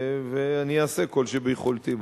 ואני אעשה כל שביכולתי בנושא.